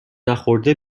نخورده